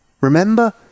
remember